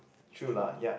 true lah ya